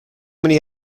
many